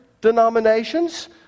denominations